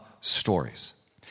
stories